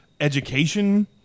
education